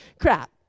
crap